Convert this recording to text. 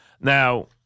Now